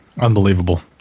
Unbelievable